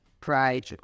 Pride